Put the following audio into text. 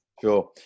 Sure